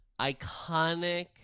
Iconic